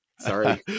Sorry